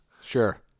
Sure